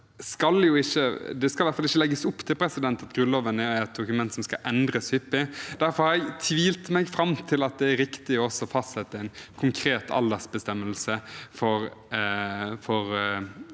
Det skal i hvert fall ikke legges opp til at Grunnloven er et dokument som skal endres hyppig. Derfor har jeg tvilt meg fram til at det er riktig å fastsette en konkret aldersbestemmelse for